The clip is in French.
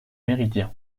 méridien